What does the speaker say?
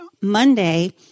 Monday